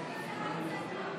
(קוראת בשמות חברי הכנסת)